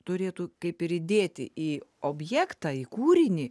turėtų kaip ir įdėti į objektą į kūrinį